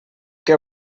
què